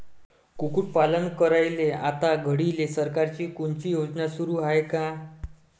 कुक्कुटपालन करायले आता घडीले सरकारची कोनची योजना सुरू हाये का?